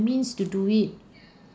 means to do it